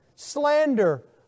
Slander